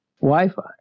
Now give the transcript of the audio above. Wi-Fi